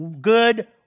good